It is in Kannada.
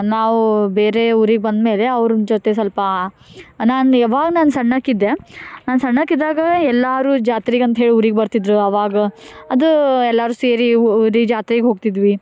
ನಾವೂ ಬೇರೆ ಊರಿಗೆ ಬಂದ್ಮೇಲೆ ಅವ್ರನ್ನು ಜೊತೆ ಸ್ವಲ್ಪ ನಾನು ಯಾವಾಗ ನಾನು ಸಣ್ಣಗೆ ಇದ್ದೆ ನಾನು ಸಣ್ಣಗೆ ಇದ್ದಾಗಲೇ ಎಲ್ಲರೂ ಜಾತ್ರೆಗೆ ಅಂಥೇಳಿ ಊರಿಗೆ ಬರ್ತಿದ್ರು ಆವಾಗ ಅದು ಎಲ್ಲರೂ ಸೇರಿ ಉ ಇಡೀ ಜಾತ್ರೆಗೆ ಹೋಗ್ತಿದ್ವಿ